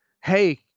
hey